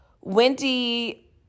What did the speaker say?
Wendy